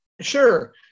Sure